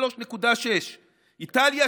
73.6%; איטליה,